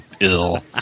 ill